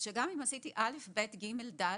שגם אם עשיתי א', ב', ג', ד',